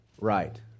right